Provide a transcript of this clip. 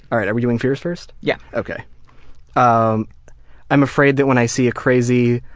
are and are we doing fears first? yeah. ok. um i'm afraid that when i see a crazy,